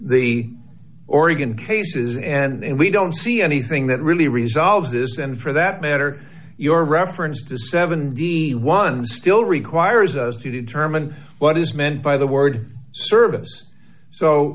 the oregon cases and we don't see anything that really resolve this and for that matter your reference to seven vs one still requires us to determine what is meant by the word service